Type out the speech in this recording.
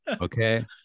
Okay